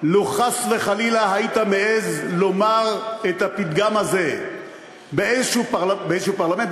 לו חס וחלילה היית מעז לומר את הפתגם הזה באיזה פרלמנט באיזה פרלמנט,